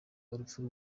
urupfu